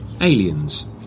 Aliens